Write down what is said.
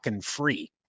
free